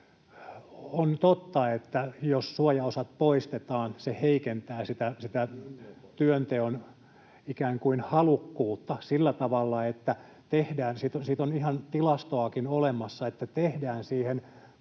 On totta, että jos suojaosat poistetaan, se heikentää ikään kuin sitä työnteon halukkuutta sillä tavalla — siitä on ihan tilastoakin olemassa — että tehdään esimerkiksi siihen